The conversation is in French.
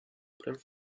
plait